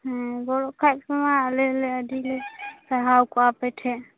ᱦᱮᱸ ᱜᱚᱲᱚᱜ ᱠᱷᱟᱡ ᱯᱮ ᱢᱟ ᱟᱞᱮ ᱞᱮ ᱟ ᱰᱤᱞᱮ ᱥᱟᱨᱦᱟᱣ ᱠᱚᱜᱼᱟ ᱟᱯᱮᱴᱷᱮᱜ